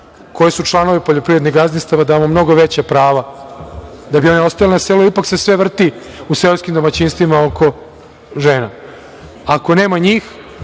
koje su članovi poljoprivrednih gazdinstava, damo mnogo veća prava da bi one ostale na selu, jer ipak se sve vrti u seoskim domaćinstvima oko žena. Ako nema njih,